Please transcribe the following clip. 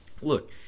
Look